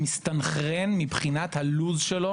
מסתנכרן מבחינת הלו"ז שלו